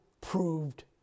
proved